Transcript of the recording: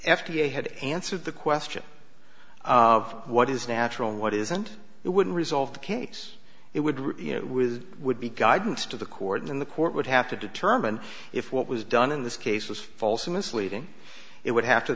a had answered the question of what is natural and what isn't it wouldn't resolve the case it would really would be guidance to the court and the court would have to determine if what was done in this case was false or misleading it would have to